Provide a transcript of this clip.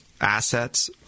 assets